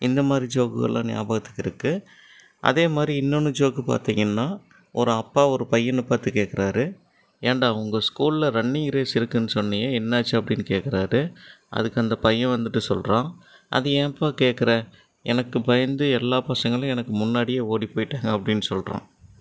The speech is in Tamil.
இந்தமாதிரி ஜோக்குகள்லாம் நியாபகத்துக்கு இருக்கு அதேமாதிரி இன்னொன்று ஜோக்கு பார்த்திங்கன்னா ஒரு அப்பா ஒரு பையனை பார்த்து கேட்குறாரு ஏன்டா உங்கள் ஸ்கூலில் ரன்னிங் ரேஸ் இருக்குன்னு சொன்னியே என்னாச்சு அப்படினு கேட்குறாரு அதுக்கு அந்த பையன் வந்துட்டு சொல்கிறான் அது ஏம்ப்பா கேட்குற எனக்கு பயந்து எல்லா பசங்களும் எனக்கு முன்னாடியே ஓடி போயிட்டாங்க அப்படின் சொல்கிறான்